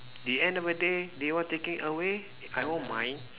the end of the day they want taking away I won't mind